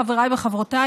חבריי וחברותיי,